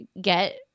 get